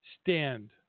stand